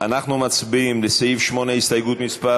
אנחנו מצביעים על הסתייגות מס'